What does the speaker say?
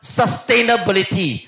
sustainability